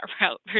route